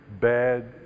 bad